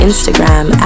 Instagram